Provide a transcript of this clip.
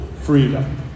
freedom